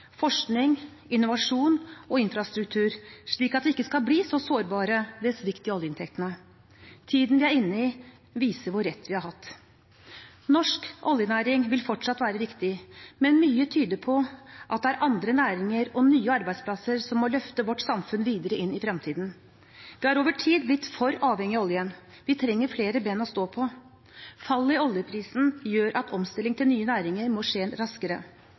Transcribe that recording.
forskning, innovasjon og infrastruktur, slik at vi ikke skal bli så sårbare ved svikt i oljeinntektene. Tiden vi er inne i, viser hvor rett vi har hatt. Norsk oljenæring vil fortsatt være viktig, men mye tyder på at det er andre næringer og nye arbeidsplasser som må løfte vårt samfunn videre inn i fremtiden. Vi har over tid blitt for avhengige av oljen. Vi trenger flere ben å stå på. Fallet i oljeprisen gjør at omstilling til nye næringer må skje raskere.